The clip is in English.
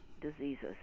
diseases